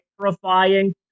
terrifying